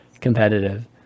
competitive